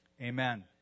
amen